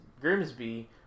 Grimsby